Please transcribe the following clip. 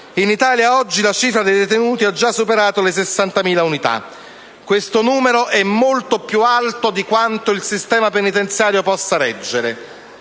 In Italia oggi i detenuti hanno già superato le 60.000 unità. Questo numero è molto più alto di quanto il sistema penitenziario possa reggere.